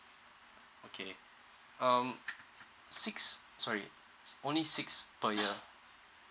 okay um six sorry only six per year